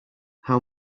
how